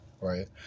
right